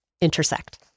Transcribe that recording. intersect